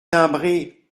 timbré